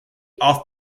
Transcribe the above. off